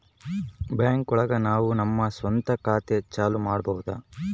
bank ಒಳಗ ನಾವು ನಮ್ ಸ್ವಂತ ಖಾತೆ ಚಾಲೂ ಮಾಡ್ಬೋದು